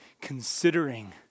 considering